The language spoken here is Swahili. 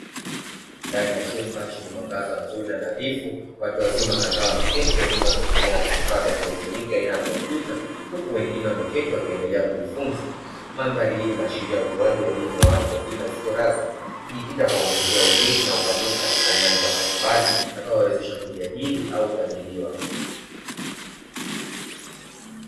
Ndani ya chumba chenye mwangaza mzuri na nadhifu. Watu wazima kadhaa wameketi, wengine wakitumia vifaa vya kielektroniki aina ya kompyuta, huku wengine wameketi wakiendelea kujifunza. Mandhari hii inaashiria utoaji wa elimu ya watu wazima isiyo rasmi, ikijikita kuwaongezea ujuzi na ufanisi katika nyanja mbalimbali itakayowawezesha kujiajiri au kuajiriwa.